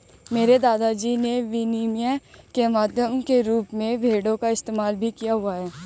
मेरे दादा जी ने विनिमय के माध्यम के रूप में भेड़ों का इस्तेमाल भी किया हुआ है